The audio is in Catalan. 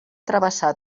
travessar